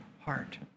heart